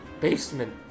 Basement